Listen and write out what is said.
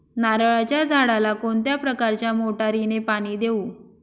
नारळाच्या झाडाला कोणत्या प्रकारच्या मोटारीने पाणी देऊ?